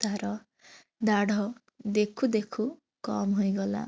ତାହାର ଦାଢ଼ ଦେଖୁ ଦେଖୁ କମ୍ ହୋଇଗଲା